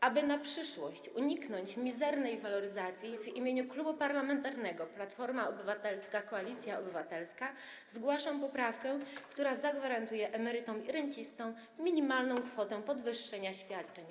Aby na przyszłość uniknąć mizernej waloryzacji, w imieniu Klubu Parlamentarnego Platforma Obywatelska - Koalicja Obywatelska zgłaszam poprawkę, która zagwarantuje emerytom i rencistom minimalną kwotę podwyższenia świadczeń.